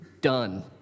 done